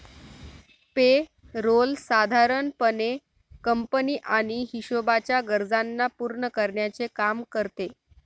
पे role साधारण पणे company आणि हिशोबाच्या गरजांना पूर्ण करण्याचे काम करते